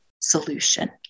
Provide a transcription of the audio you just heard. solution